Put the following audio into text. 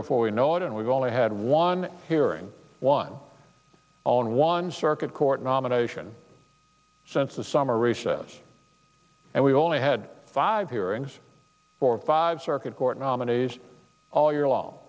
before we know it and we've only had one hearing one on one circuit court nomination since the summer recess and we've only had five hearings for five circuit court nominees all year long